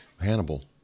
Hannibal